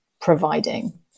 providing